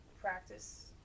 practice